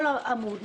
כל עמוד,